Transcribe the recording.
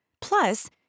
Plus